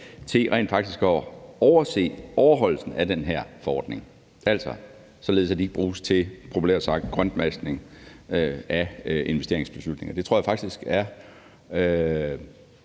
til rent faktisk at overse overholdelsen af den her forordning, altså således at de ikke bruges til populært sagt grønvaskning af investeringsbeslutninger. Det mener